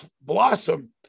blossom